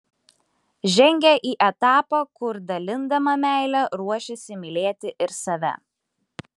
žengia į etapą kur dalindama meilę ruošiasi mylėti ir save